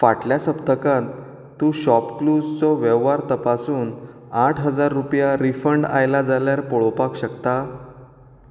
फाटल्या सप्तकांत तूं शॉपक्लूसचो वेव्हार तपासून आठ हजार रुपया रिफंड आयल्या जाल्यार पळोवपाक शकता